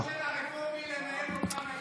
ואתה מרשה לרפורמי לנהל אותך.